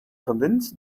convince